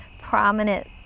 prominent